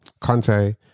Conte